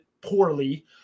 poorly